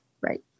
Right